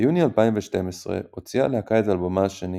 ביוני 2012 הוציאה הלהקה את אלבומה השני,